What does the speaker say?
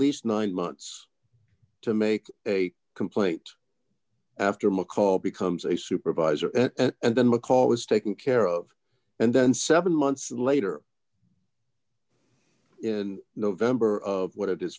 least nine months to make a complaint after mccall becomes a supervisor and then mccall is taken care of and then seven months later in november of what it is